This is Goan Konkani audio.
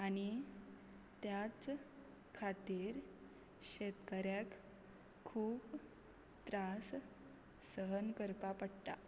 आनी त्याच खातीर शेतकाऱ्याक खूब त्रास सहन करपा पडटा